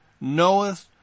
knoweth